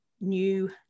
new